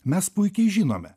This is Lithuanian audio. mes puikiai žinome